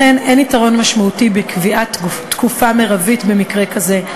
לכן אין יתרון משמעותי בקביעת תקופה מרבית במקרה כזה,